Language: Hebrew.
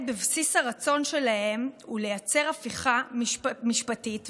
בבסיס הרצון שלהם הוא לייצר הפיכה משפטית,